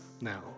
now